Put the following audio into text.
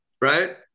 right